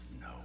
no